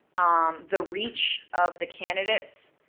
um the reach of the candidates,